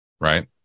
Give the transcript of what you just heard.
right